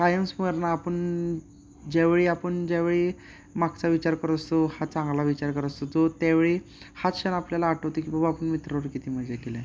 कायम स्मरणं आपण ज्यावेळी आपण ज्यावेळी मागचा विचार करत असतो हा चांगला विचार करत असतो तो त्यावेळी हा क्षण आपल्याला आठवते की बाबा आपण मित्राबरोबर किती मजा केलं आहे